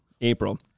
April